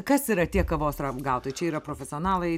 kas yra tie kavos ragautojai čia yra profesionalai